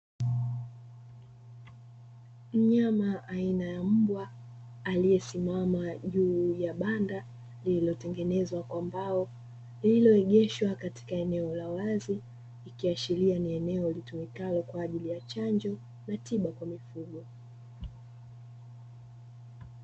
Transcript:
Mnyama aina ya mbwa aliyesimama juu ya banda lililotengenezwa kwa mbao; lililoegeshwa katika eneo la wazi ikiashiria ni eneo litumikalo kwa ajili ya chanjo na tiba kwa mifugo.